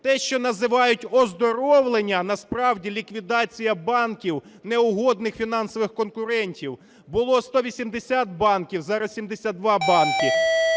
Те, що називають оздоровлення – насправді ліквідація банків неугодних фінансових конкурентів, було 180 банків, зараз 72 банки.